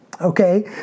Okay